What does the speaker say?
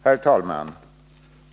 Herr talman!